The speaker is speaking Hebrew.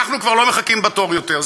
אנחנו כבר לא מחכים בתור יותר,